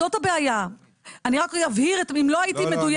זאת הבעיה, אני רק אבהיר אם לא הייתי מדויקת.